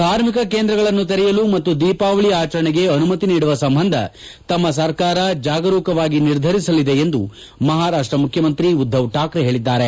ಧಾರ್ಮಿಕ ಕೇಂದ್ರಗಳನ್ನು ತೆರೆಯಲು ಮತ್ತು ದೀಪಾವಳಿ ಆಚರಣೆಗೆ ಅನುಮತಿ ನೀಡುವ ಸಂಬಂಧ ತಮ್ಮ ಸರ್ಕಾರ ಜಾಗರೂಕವಾಗಿ ನಿರ್ಧರಿಸಲಿದೆ ಎಂದು ಮಹಾರಾಷ್ಟ ಮುಖ್ಕಮಂತ್ರಿ ಉದ್ಧವ್ ಠಾಕ್ರೆ ಹೇಳಿದ್ದಾರೆ